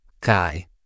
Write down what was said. guy